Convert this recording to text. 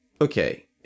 Okay